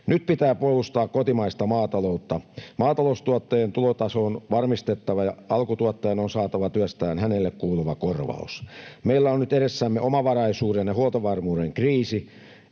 Nyt pitää puolustaa kotimaista maataloutta. Maataloustuottajien tulotaso on varmistettava, ja alkutuottajan on saatava työstään hänelle kuuluva korvaus. Meillä on nyt edessämme omavaraisuuden ja huoltovarmuuden kriisi.